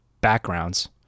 backgrounds